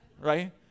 right